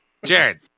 Jared